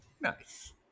nice